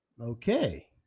Okay